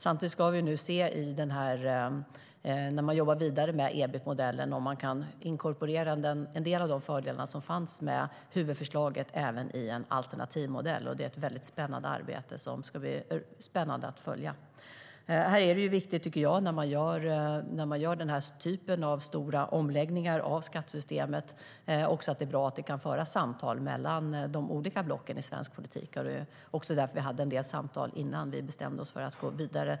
Samtidigt ska vi se om man kan inkorporera EBIT-modellen och en del av de fördelar som fanns i huvudförslaget även i en alternativmodell. Det arbetet ska det bli spännande att följa. När man gör den här typen av stora omläggningar av skattesystemet är det bra att man kan föra samtal med de olika blocken i svensk politik. Vi hade en del samtal innan vi bestämde oss för att gå vidare.